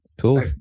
cool